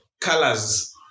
colors